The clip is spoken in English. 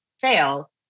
fail